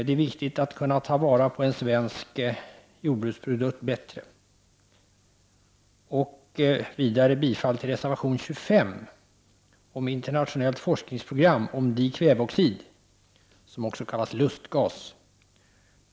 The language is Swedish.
Det är viktigt att bättre kunna ta till vara en svensk jordbruksprodukt. Vidare yrkar jag bifall till reservation 25 om internationellt forskningsprogram om dikväveoxid. Det är det som också kallas lustgas.